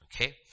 Okay